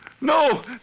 No